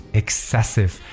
excessive，